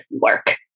work